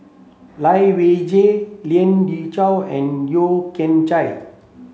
Lai Weijie Lien Ying Chow and Yeo Kian Chye